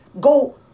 go